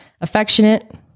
Affectionate